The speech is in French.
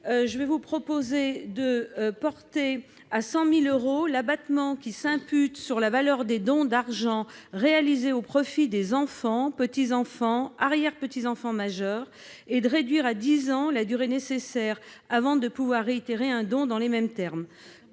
Aussi, je propose de porter à 100 000 euros l'abattement s'imputant sur la valeur des dons d'argent réalisés au profit des enfants, petits-enfants et arrière-petits-enfants majeurs, et de réduire à dix ans le délai à respecter avant de pouvoir réitérer un don dans les mêmes termes.